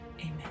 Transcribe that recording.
amen